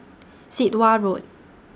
Sit Wah Road